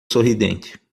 sorridente